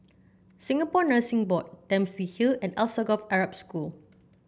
Singapore Nursing Board Dempsey Hill and Alsagoff Arab School